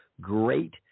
great